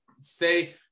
say